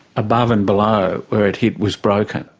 above and below where it hit, was broken.